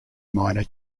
minor